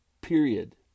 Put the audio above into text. period